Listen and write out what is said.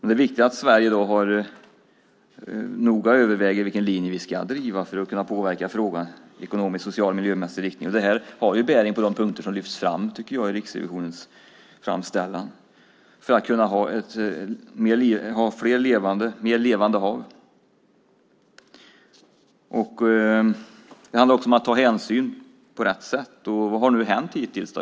Det är viktigt att Sverige noga överväger vilken linje vi ska driva för att kunna påverka frågan i ekonomisk, social och miljömässig riktning. Det här har bäring på de punkter som lyfts fram, tycker jag, i Riksrevisionens framställan. Det handlar om att ha mer levande hav. Det handlar också om att ta hänsyn på rätt sätt. Vad har nu hänt hittills?